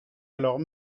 alors